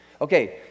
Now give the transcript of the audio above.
Okay